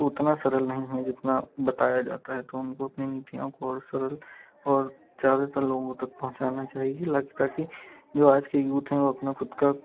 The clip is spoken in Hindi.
उतना सरल नहीं है जितना बताया जाता है तो उनको अपनी नीतियों को और सरल और ज़्यादातर लोगों तक पहुँचना चाहिए ताकि जो आज के यूथ हैं वह अपना खुद का